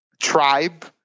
tribe